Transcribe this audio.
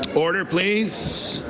order, please.